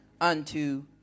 Unto